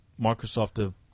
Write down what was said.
Microsoft